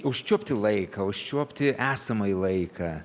užčiuopti laiką užčiuopti esamąjį laiką